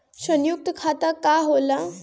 सयुक्त खाता का होला?